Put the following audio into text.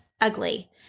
ugly